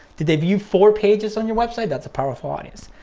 did they view four pages on your website? that's a powerful audience.